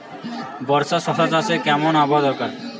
বর্ষার শশা চাষে কেমন আবহাওয়া দরকার?